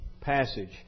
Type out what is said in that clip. passage